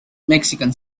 mexican